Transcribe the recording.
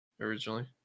originally